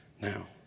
now